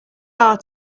far